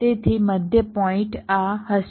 તેથી મધ્ય પોઇન્ટ આ હશે